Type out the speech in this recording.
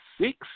six